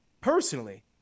personally